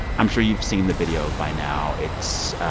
i'm sure you've seen the video by now. it's